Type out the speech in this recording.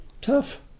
tough